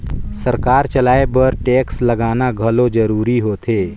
सरकार चलाए बर टेक्स लगाना घलो जरूरीच होथे